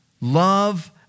love